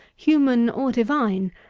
human or divine,